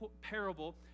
parable